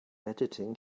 editing